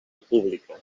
pública